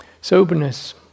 soberness